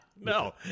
No